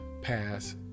pass